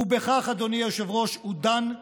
ובכך, אדוני היושב-ראש, הוא דן אותי,